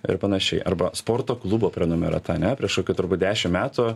ir panašiai arba sporto klubo prenumerata ane prieš kokį turbūt dešim metų